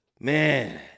Man